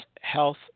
health